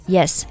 Yes